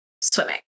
swimming